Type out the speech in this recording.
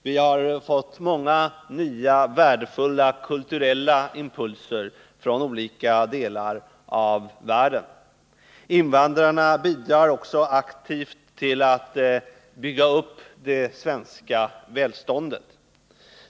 Vi har fått många värdefulla kulturella impulser från olika delar av världen. Invandrarna bidrar också aktivt till att bygga upp välståndet i Sverige.